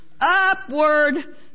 Upward